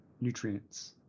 nutrients